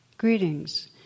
Greetings